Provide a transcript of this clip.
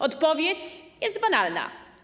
Odpowiedź jest banalna.